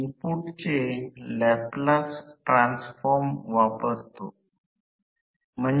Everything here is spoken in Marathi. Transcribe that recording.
आणि हा भाग ns n ns हा भाग आम्ही परिभाषित करतो ते म्हणजे स्लिप